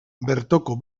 bertoko